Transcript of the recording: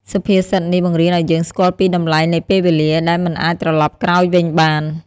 សុភាសិតនេះបង្រៀនឱ្យយើងស្គាល់ពីតម្លៃនៃពេលវេលា ដែលមិនអាចត្រលប់ក្រោយវិញបាន។